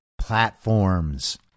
platforms